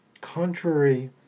contrary